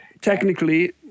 technically